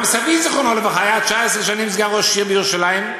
גם סבי זיכרונו לברכה היה 19 שנים סגן ראש עיר בירושלים.